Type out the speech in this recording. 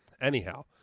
Anyhow